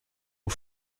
aux